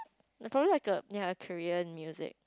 no probably like a ya a career in music